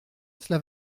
cela